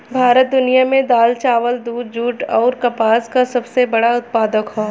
भारत दुनिया में दाल चावल दूध जूट आउर कपास का सबसे बड़ा उत्पादक ह